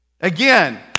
Again